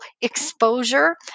exposure